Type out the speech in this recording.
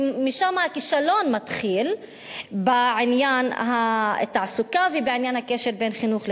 ומשם הכישלון מתחיל בעניין התעסוקה ובעניין הקשר בין חינוך לתעסוקה.